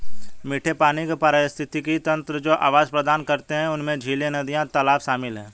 मीठे पानी के पारिस्थितिक तंत्र जो आवास प्रदान करते हैं उनमें झीलें, नदियाँ, तालाब शामिल हैं